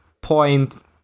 point